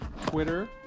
Twitter